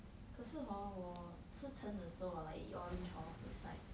可是 hor 我吃橙的时候 like eat orange hor is like